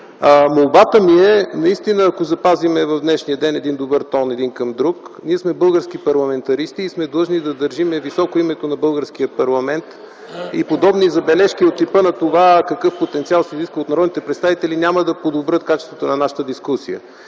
Молбата ми е да запазим в днешния ден един добър тон един към друг. Ние сме български парламентаристи и сме длъжни да държим високо името на българския парламент и подобни забележки от типа на това „какъв потенциал се изисква от народните представители” няма да подобрят качеството на нашата дискусия.